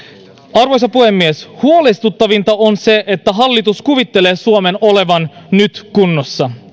arvoisa puhemies huolestuttavinta on se että hallitus kuvittelee suomen olevan nyt kunnossa